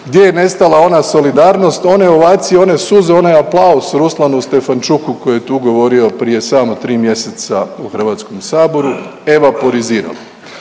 gdje je nestala ona solidarnost, one ovacije, one suze, onaj aplauz Ruslanu Stefanchuku koji je tu govorio prije samo 3 mjeseca u Hrvatskom saboru evaporiziran.